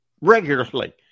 regularly